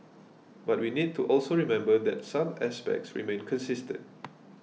but we need to also remember that some aspects remain consistent